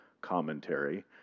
commentary